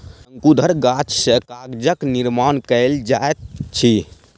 शंकुधर गाछ सॅ कागजक निर्माण कयल जाइत अछि